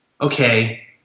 okay